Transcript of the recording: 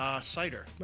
cider